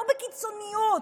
לא בקיצוניות,